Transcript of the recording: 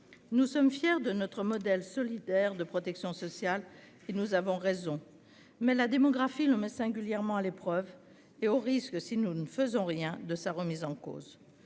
Nous sommes fiers de notre modèle solidaire de protection sociale et nous avons raison. Cependant, la démographie le met singulièrement à l'épreuve, au risque, si nous ne faisons rien, de sa remise en cause.